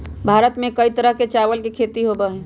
भारत में कई तरह के चावल के खेती होबा हई